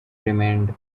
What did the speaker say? remained